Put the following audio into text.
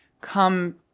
come